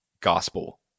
gospel